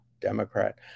Democrat